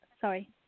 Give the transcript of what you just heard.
Sorry